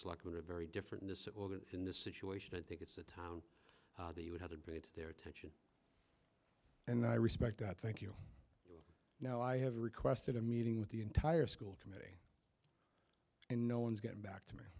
are very different in this or that in this situation i think it's a town that you would have to bring it to their attention and i respect i think you know i have requested a meeting with the entire school committee and no one's getting back to me